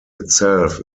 itself